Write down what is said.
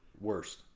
worst